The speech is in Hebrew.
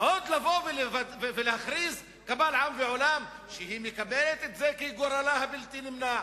עוד לבוא ולהכריז קבל עם ועולם שהיא מקבלת את זה כגורלה הבלתי-נמנע?